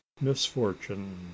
misfortune